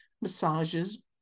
massages